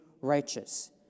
righteous